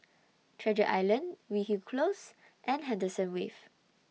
Treasure Island Weyhill Close and Henderson Wave